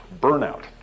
burnout